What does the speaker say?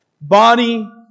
body